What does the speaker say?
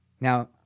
Now